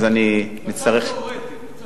מצב תיאורטי.